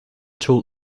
tool